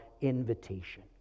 invitation